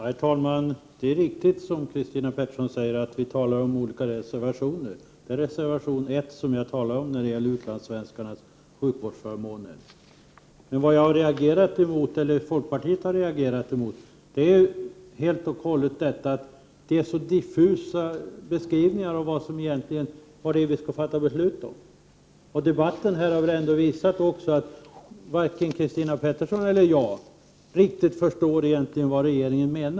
Herr talman! Christina Pettersson har rätt. Vi talar om olika reservationer. Jag talar om reservation 1 om utlandssvenskarnas sjukvårdsförmåner. Vi i folkpartiet har reagerat på att underlaget är så diffust när det gäller det som vi skall fatta beslut om. Jag tycker att debatten har visat att varken Christina Pettersson eller jag riktigt förstår vad regeringen egentligen menar.